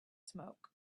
smoke